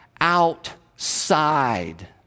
outside